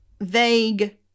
vague